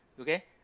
okay